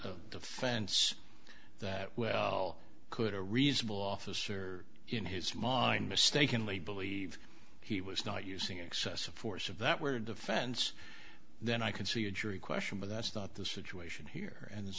defense that well could a reasonable officer in his mind mistakenly believe he was not using excessive force of that word defense then i can see a jury question but that's not the situation here and